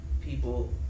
people